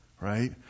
right